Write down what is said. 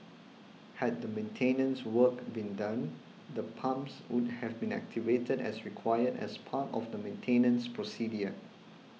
had the maintenance work been done the pumps would have been activated as required as part of the maintenance procedure